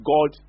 God